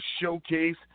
Showcase